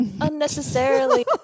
unnecessarily